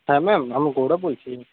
হ্যাঁ ম্যাম আমি গৌরব বলছি